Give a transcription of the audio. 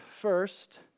first